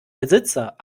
besitzer